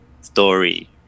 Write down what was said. story